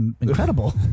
incredible